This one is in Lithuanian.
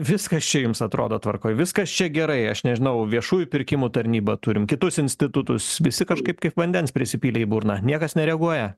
viskas čia jums atrodo tvarkoj viskas čia gerai aš nežinau viešųjų pirkimų tarnybą turim kitus institutus visi kažkaip kaip vandens prisipylę į burną niekas nereaguoja